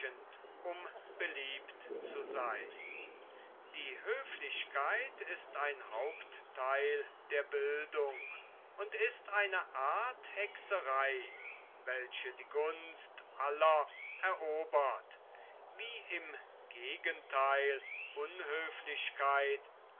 um beliebt zu seyn die höflichkeit ist ein haupttheil der bildung und ist eine art hexerei welche die gunst aller erobert wie im gegentheil unhöflichkeit